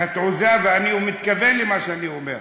ואני מתכוון למה שאני אומר,